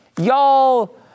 Y'all